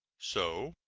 so,